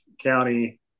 county